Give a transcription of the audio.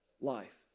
life